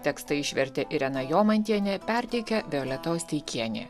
tekstą išvertė irena jomantienė perteikė violeta osteikienė